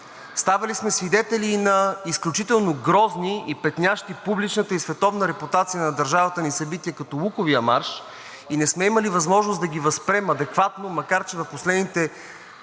Ставали сме свидетели на изключително грозни и петнящи публичната и световната репутация на държавата ни събития, като Луковия марш, и не сме имали възможност да ги възприемем адекватно, макар че в последните две години